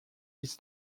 his